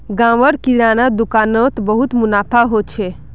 गांव र किराना दुकान नोत बहुत मुनाफा हो छे